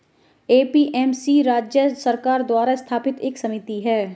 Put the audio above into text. APMC राज्य सरकार द्वारा स्थापित एक समिति है